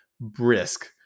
brisk